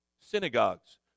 synagogues